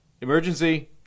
emergency